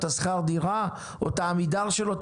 או את שכר הדירה או את עמידר שלו,